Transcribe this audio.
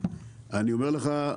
אני אומר לך,